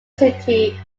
city